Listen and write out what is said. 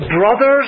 brothers